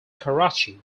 karachi